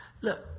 Look